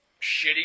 shitty